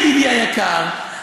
ידידי היקר,